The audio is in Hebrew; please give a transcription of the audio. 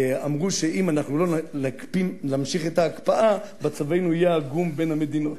אמרו שאם אנחנו לא נמשיך את ההקפאה מצבנו יהיה עגום בין המדינות.